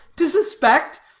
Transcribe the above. to suspect,